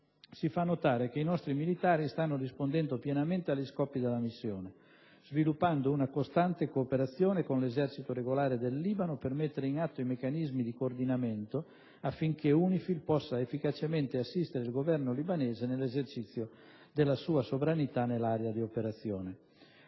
si fa notare che i nostri militari stanno rispondendo pienamente agli scopi della missione, sviluppando una costante cooperazione con l'esercito regolare del Libano per mettere in atto i meccanismi di coordinamento, affinché UNIFIL possa efficacemente assistere il Governo libanese nell'esercizio della sua sovranità nell'area di operazione.